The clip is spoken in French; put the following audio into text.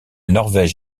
norvège